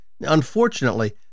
Unfortunately